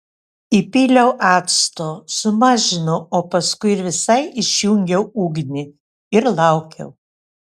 įpyliau acto sumažinau o paskui ir visai išjungiau ugnį ir laukiau